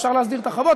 אפשר להסדיר את החוות.